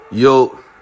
Yo